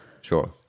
Sure